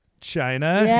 China